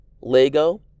LEGO